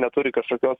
neturi kažkokios